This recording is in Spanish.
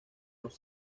los